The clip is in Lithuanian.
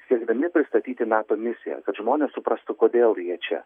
siekdami pristatyti nato misiją kad žmonės suprastų kodėl jie čia